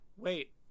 Wait